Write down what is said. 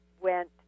went